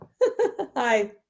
Hi